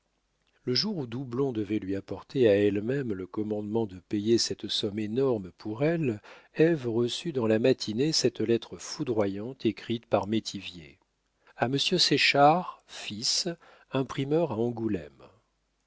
le jour où doublon devait lui apporter à elle-même le commandement de payer cette somme énorme pour elle ève reçut dans la matinée cette lettre foudroyante écrite par métivier a monsieur séchard fils imprimeur a angoulême